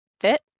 fit